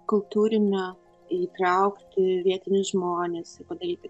kultūrinio įtraukti vietinius žmones ir padaryti